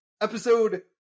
episode